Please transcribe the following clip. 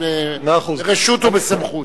ברשות ובסמכות.